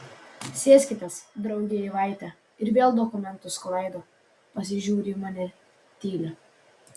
sėskitės drauge eivaite ir vėl dokumentus sklaido pasižiūri į mane tyli